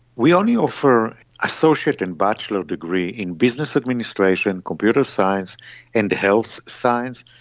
we only offer associate and bachelor degrees in business administration, computer science and health science,